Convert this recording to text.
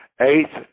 eighth